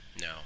No